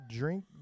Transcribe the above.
drink